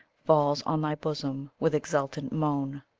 falls on thy bosom with exultant moan.